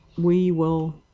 we will